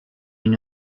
une